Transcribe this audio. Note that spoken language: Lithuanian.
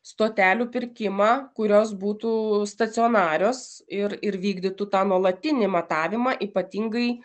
stotelių pirkimą kurios būtų stacionarios ir ir vykdytų tą nuolatinį matavimą ypatingai